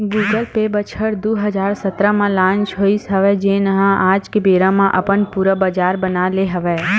Google Pay बछर दू हजार सतरा म लांच होइस हवय जेन ह आज के बेरा म अपन पुरा बजार बना ले हवय